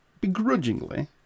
Begrudgingly